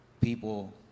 people